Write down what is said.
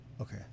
okay